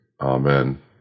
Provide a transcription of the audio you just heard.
amen